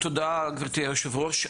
תודה גברתי יושבת הראש,